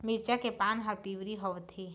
मिरचा के पान हर पिवरी होवथे?